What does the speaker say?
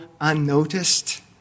unnoticed